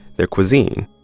their cuisine.